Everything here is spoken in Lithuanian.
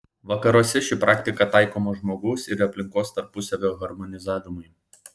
vakaruose ši praktika taikoma žmogaus ir aplinkos tarpusavio harmonizavimui